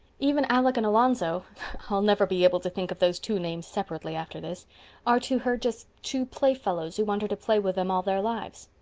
even alex and alonzo i'll never be able to think of those two names separately after this are to her just two playfellows who want her to play with them all their lives.